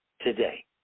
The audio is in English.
today